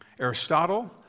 Aristotle